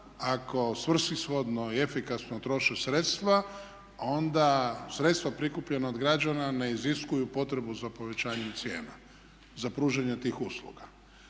ako svrsishodno i efikasno troše sredstva onda sredstva prikupljena od građana ne iziskuju potrebu za povećanjem cijena, za pružanjem tih usluga.